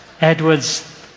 Edward's